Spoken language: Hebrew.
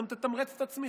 זה גם יתמרץ את הצמיחה,